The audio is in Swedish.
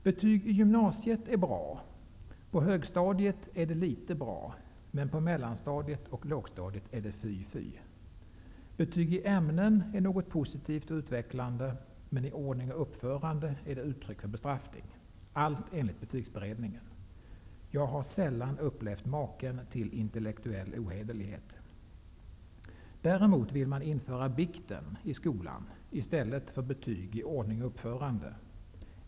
Betyg i gymnasiet är bra, på högstadiet är det litet bra, men på mellanstadiet och lågstadiet är det fy, fy. Betyg i ämnen är något positivt och utvecklande - men i ordning och uppförande är det uttryck för bestraffning. Allt enligt betygsberedningen. Jag har sällan upplevt maken till intellektuell ohederlighet. Däremot vill man införa bikten i skolan i stället för betyg i ordning och uppförande.